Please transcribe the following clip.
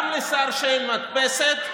גם שר שאין לו מדפסת,